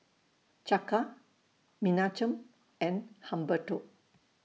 Chaka Menachem and Humberto